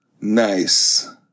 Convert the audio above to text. Nice